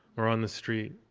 or on the street,